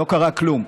לא קרה כלום.